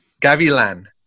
Gavilan